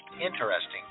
interesting